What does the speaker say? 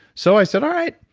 so i said, all right.